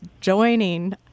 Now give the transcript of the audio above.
joining